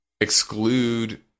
exclude